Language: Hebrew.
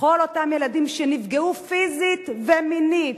וכל אותם ילדים שנפגעו פיזית ומינית,